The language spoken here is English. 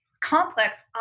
complex